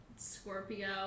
Scorpio